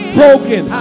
broken